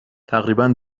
تقریبا